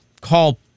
call